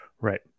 Right